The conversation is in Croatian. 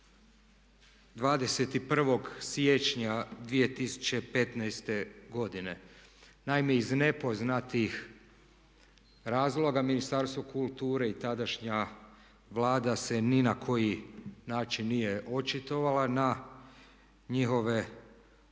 21. siječnja 2015. godine. Naime, iz nepoznatih razloga Ministarstvo kulture i tadašnja Vlada se ni na koji način nije očitovala na njihove